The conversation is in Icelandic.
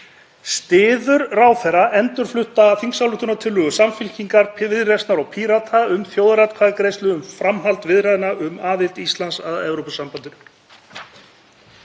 Styður ráðherra endurflutta þingsályktunartillögu Samfylkingar, Viðreisnar og Pírata um þjóðaratkvæðagreiðslu um framhald viðræðna um aðild Íslands að Evrópusambandinu?